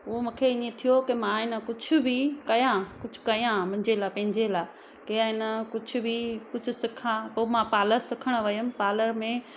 उहो मूंखे ईअं थियो की मां आहे न कुझु बि कया कुझु कया मुंहिंजे लाइ पंहिंजे लाइ की आहे न कुझु बि कुझु सिखा पोइ मां पार्लर सिखणु वियमि पार्लर में